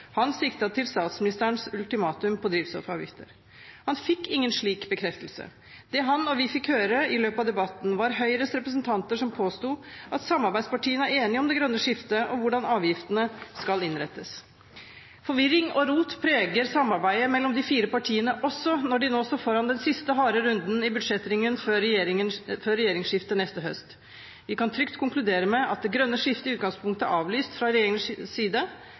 Han siktet til statsministerens ultimatum med hensyn til drivstoffavgifter. Han fikk ingen slik bekreftelse. Det han og vi har fått høre i løpet av debatten, er at Høyres representanter påstår at samarbeidspartiene er enige om det grønne skiftet og hvordan avgiftene skal innrettes. Forvirring og rot preger samarbeidet mellom de fire partiene, også når de nå står foran den siste harde runden i budsjettringen før regjeringsskiftet neste høst. Vi kan trygt konkludere med at det grønne skiftet i utgangspunktet er avlyst fra regjeringens side.